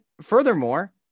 furthermore